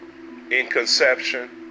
inconception